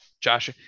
Josh